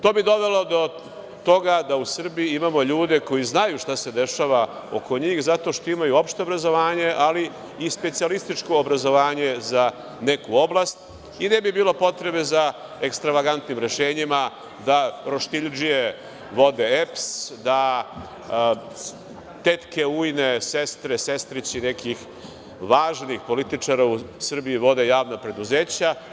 To bi dovelo do toga da u Srbiji imamo ljude koji znaju šta se dešava oko njih zato što imaju opšte obrazovanje, ali i specijalističko obrazovanje za neku oblast i ne bi bilo potrebe za ekstravagantnim rešenjima da roštiljdžije vode EPS, da tetke, ujne, sestre, sestrići nekih važnih političara u Srbiji vode javna preduzeća.